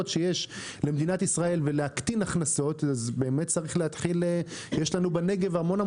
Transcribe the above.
שיש למדינת ישראל ולהקטין הכנסות אז בנגב יש לנו הרבה הרבה